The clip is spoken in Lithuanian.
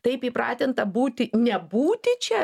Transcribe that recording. taip įpratinta būti nebūti čia